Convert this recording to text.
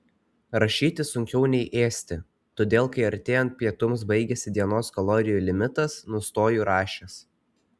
rašyti sunkiau nei ėsti todėl kai artėjant pietums baigiasi dienos kalorijų limitas nustoju rašęs